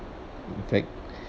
in fact